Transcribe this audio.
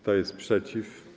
Kto jest przeciw?